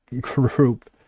group